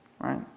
right